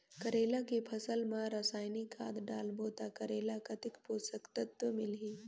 करेला के फसल मा रसायनिक खाद डालबो ता करेला कतेक पोषक तत्व मिलही?